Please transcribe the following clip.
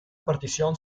partición